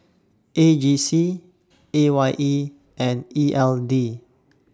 A G C A Y E and E L D